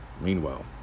Meanwhile